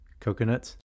Coconuts